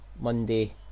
Monday